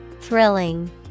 Thrilling